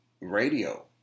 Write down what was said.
radio